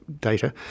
data